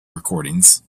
recordings